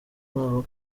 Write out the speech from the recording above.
ntaho